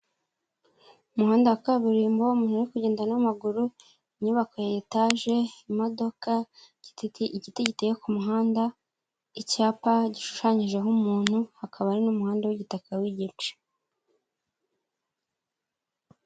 Umuhanda wa kaburimbo, umuntu uri kugenda n'amaguru, inyubako ya etaje, imodoka, igiti giteye ku muhanda, icyapa gishushanyijeho umuntu, hakaba hari n'umuhanda w'igitaka w'igice.